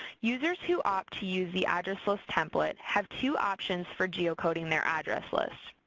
users who opt to use the address list template have two options for geocoding their address list.